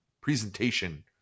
presentation